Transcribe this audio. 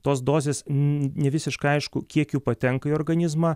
tos dozės nevisiškai aišku kiek jų patenka į organizmą